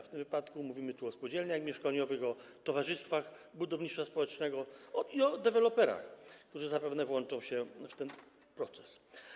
W tym wypadku mówimy o spółdzielniach mieszkaniowych, o towarzystwach budownictwa społecznego i o deweloperach, którzy zapewne włączą się w ten proces.